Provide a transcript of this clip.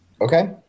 Okay